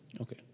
Okay